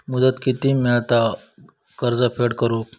मुदत किती मेळता कर्ज फेड करून?